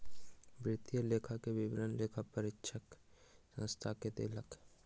वित्तीय लेखा के विवरण लेखा परीक्षक संस्थान के देलक